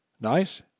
Nice